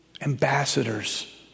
ambassadors